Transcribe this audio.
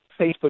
Facebook